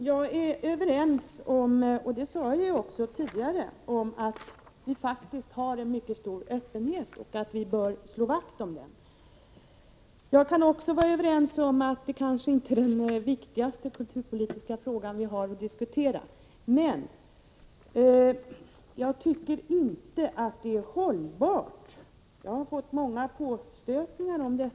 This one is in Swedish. Inom socialstyrelsen diskuteras f. n. ett besparingsförslag som innebär att långvårdsbyrån skall läggas ned. I dag pågår en stor omstrukturering av långvården. Enligt ”Bo på egna villkor” måste de 50 000 långvårdsplatserna halveras fram till år 2 000, samtidigt som antalet äldre stiger. Arbetet med att förändra långvården har av myndigheterna förklarats vara ett prioriterat område.